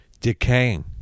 decaying